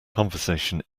conversation